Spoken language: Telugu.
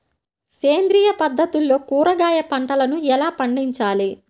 సేంద్రియ పద్ధతుల్లో కూరగాయ పంటలను ఎలా పండించాలి?